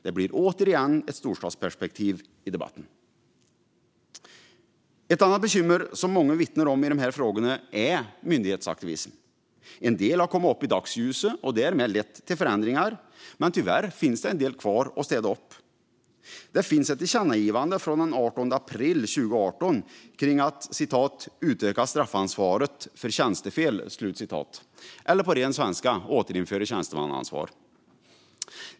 Det blir återigen ett storstadsperspektiv i debatten. Ett annat bekymmer som många vittnar om i dessa frågor är myndighetsaktivismen. En del har kommit upp i dagsljuset och därmed lett till förändringar, men tyvärr finns det en del kvar att städa upp. Det finns ett tillkännagivande från den 18 april 2018 om att "utöka straffansvaret för tjänstefel" - eller på ren svenska: återinföra tjänstemannaansvar.